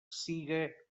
siga